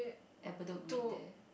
at bedok Green there